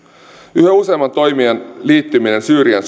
yhä useamman toimijan liittyminen syyrian